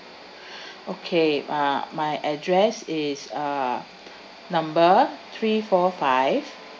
okay uh my address is uh number three four five